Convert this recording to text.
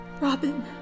Robin